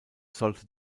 sollte